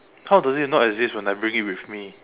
how do they not exist when I bring it with me